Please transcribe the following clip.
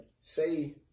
Say